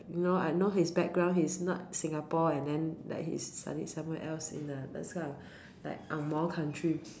you know I know his background he's not Singapore and then like he studied somewhere else in uh those kind of like angmoh country